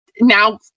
Now